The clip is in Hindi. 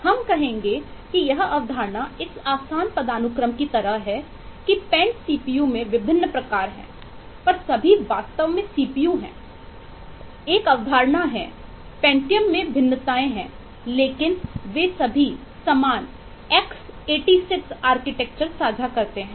हम कहेंगे की यह अवधारणा एक आसान पदानुक्रम की तरह है कि पेंट सीपीयू साझा करते हैं